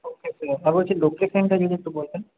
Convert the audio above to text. ওকে sir আর বলছি লোকেশনটা যদি একটু বলেন